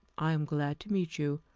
i am glad to meet you.